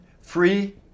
free